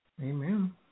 Amen